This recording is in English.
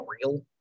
real